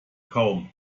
kaum